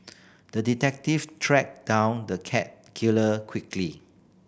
the detective tracked down the cat killer quickly